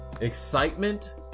excitement